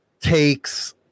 takes